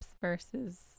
versus